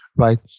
right?